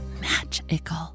magical